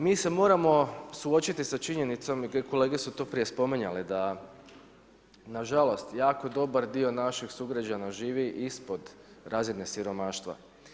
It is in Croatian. Mi se moramo suočiti sa činjenicom i kolege su to prije spominjale da nažalost jako dobar dio naših sugrađana živi ispod razine siromaštva.